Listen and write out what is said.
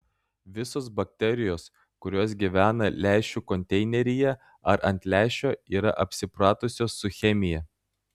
visos bakterijos kurios gyvena lęšių konteineryje ar ant lęšio yra apsipratusios su chemija